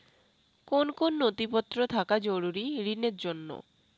কোন কোন নথিপত্র থাকা জরুরি ঋণের জন্য?